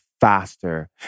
faster